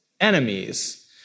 enemies